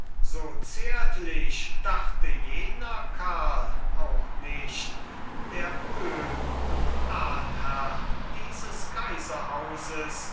so zärtlich dachte jener karl auch nicht der öhm und ahnherr dieses kaiserhauses